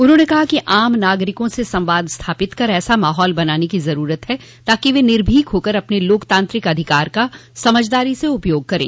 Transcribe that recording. उन्होंने कहा कि आम नागरिकों से संवाद स्थापित कर ऐसा माहौल बनाने की ज़रूरत है ताकि वह निर्भीक होकर अपने लोकतांत्रिक अधिकार का समझदारी से उपयोग करें